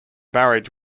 marriage